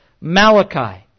Malachi